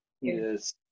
Yes